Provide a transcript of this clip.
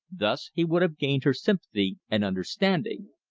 thus he would have gained her sympathy and understanding.